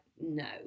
no